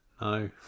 No